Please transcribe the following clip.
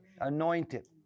anointed